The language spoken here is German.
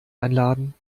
einladen